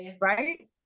Right